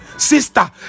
Sister